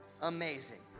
amazing